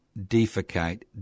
defecate